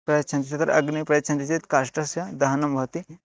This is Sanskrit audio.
प्रयच्छन्ति तत्र अग्निं प्रयच्छन्ति चेत् काष्ठस्य दहनं भवति